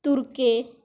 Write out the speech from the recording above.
turkey